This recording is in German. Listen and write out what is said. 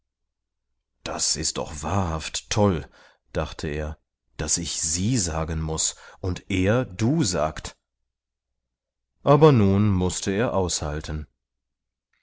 das ist doch wahrhaft toll dachte er daß ich sie sagen muß und er du sagt aber nun mußte er aushalten